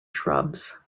shrubs